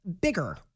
bigger